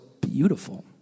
beautiful